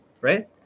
right